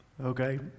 okay